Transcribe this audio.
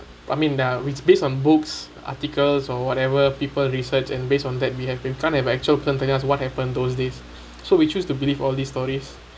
I mean ya it based on books articles or whatever people research and based on that we have been kind of actual plumping us what happen those days so we choose to believe all these stories